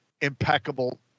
impeccable